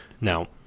Now